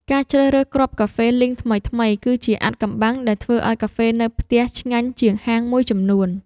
ការជ្រើសរើសគ្រាប់កាហ្វេលីងថ្មីៗ គឺជាអាថ៌កំបាំងដែលធ្វើឱ្យកាហ្វេនៅផ្ទះឆ្ងាញ់ជាងហាងមួយចំនួន។